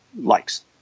likes